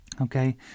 okay